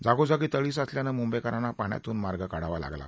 जागोजागी तळी साचल्याने मुंबईकरांना पाण्यातून मार्ग काढावा लागला